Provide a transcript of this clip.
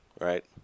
right